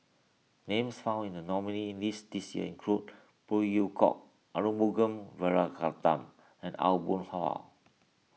names found in the nominees' list this year include Phey Yew Kok Arumugam Vijiaratnam and Aw Boon Haw